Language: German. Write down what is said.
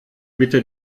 bitte